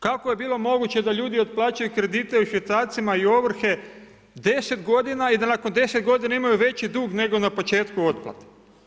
Kako je bilo moguće da ljudi otplaćuju kredite u Švicarcima i ovrhe 10 godina i da nakon 10 godina imaju veći dug nego na početku otplate?